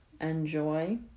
enjoy